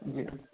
जी